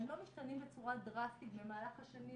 הם לא משתנים בצורה דראסטית במהלך השנים.